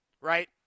Right